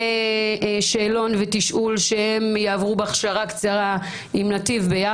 שאלון ותשאול שהם יעברו בהכשרה קצרה יחד